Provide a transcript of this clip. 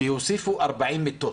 שיוסיפו 40 מיטות,